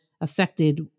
affected